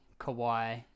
Kawhi